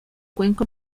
cuenco